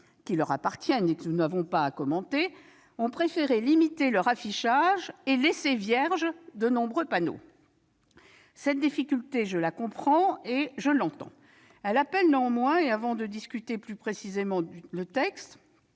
qui leur appartiennent et que nous n'avons pas à commenter, ont préféré limiter leur affichage et laisser vierges de nombreux panneaux. Cette difficulté, donc, je la comprends. Je l'entends. Elle appelle néanmoins, et avant d'aborder précisément le texte,